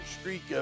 streak